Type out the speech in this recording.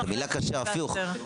המילה כשר הפוך.